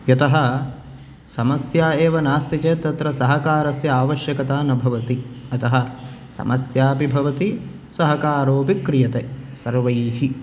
यतः समस्या एव नास्ति चेत् तत्र सहकारस्य आवश्यकता न भवति अतः समस्यापि भवति सहकरोऽपि क्रीयते सर्वैः